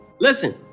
listen